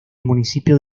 municipio